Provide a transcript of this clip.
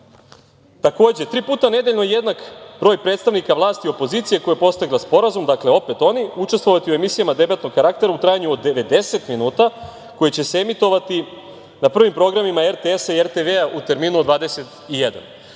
oni. Takođe, tri puta nedeljno jednak broj predstavnika vlasti i opozicije koja je postigla sporazum, opet oni učestvovati u emisijama debatnog karaktera u trajanju od 90 minuta koja će se emitovati na prvim programima RTS i RTV u terminu od 21.00